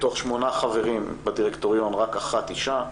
מתוך שמונה חברים בדירקטוריון, רק אחת אישה.